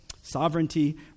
Sovereignty